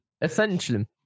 Essentially